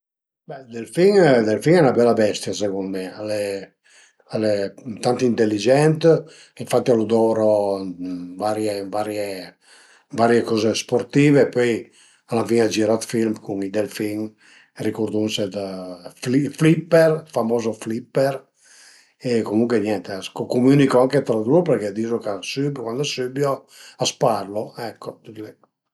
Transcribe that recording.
Be i delfin, i delfin al e 'na bela bestia secund mi, al e al e tantu inteligent, infatti a lu dovru ën varie ën varie ën varie coze sportive e pöi al avìa girà dë film cun i delfin, ricurdumnse dë Flipper, ël famozo Flipper e comuncue niente a cumünicu anche tra lur përché a dizu ch'a sübiu, cuand a sübiu a s'parlu, ecco tüt li